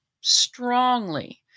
strongly